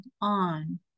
on